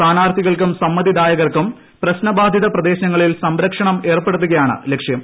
സ്ഥാനാർത്ഥികൾക്കും സമ്മതിദായകർക്കും പ്രശ്നബാധിത പ്രദേശങ്ങളിൽ സംരക്ഷണം ഏർപ്പെടുത്തുകയാണ് ലക്ഷ്യം